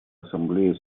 ассамблея